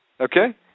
Okay